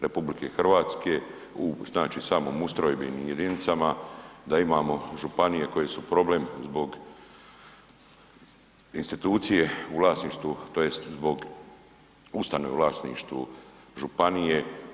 RH u znači samom ustrojbenim jedinicama, da imamo županije koje su problem zbog institucije u vlasništvu, tj. zbog ustanova u vlasništvu županije.